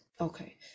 Okay